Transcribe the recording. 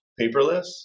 paperless